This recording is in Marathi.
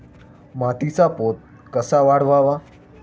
मातीचा पोत कसा वाढवावा?